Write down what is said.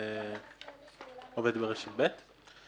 אני עובד ברשת ב'.